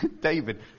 David